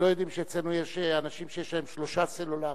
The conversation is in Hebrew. הם לא יודעים שאצלנו יש אנשים שיש להם שלושה סלולריים.